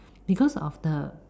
because of the